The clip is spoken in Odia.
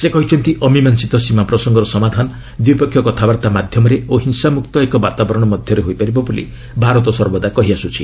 ସେ କହିଛନ୍ତି ଅମିମାଂସିତ ସୀମା ପ୍ରସଙ୍ଗର ସମାଧାନ ଦ୍ୱିପକ୍ଷୀୟ କଥାବାର୍ତ୍ତା ମାଧ୍ୟମରେ ଓ ହିଂସାମୁକ୍ତ ଏକ ବାତାବରଣ ମଧ୍ୟରେ ହୋଇପାରିବ ବୋଲି ଭାରତ ସର୍ବଦା କହିଆସ୍କୁଛି